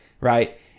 right